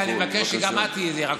ואני מבקש שגם את תהיי זהירה.